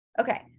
Okay